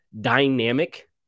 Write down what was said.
dynamic